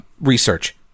research